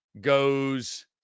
goes